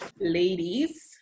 ladies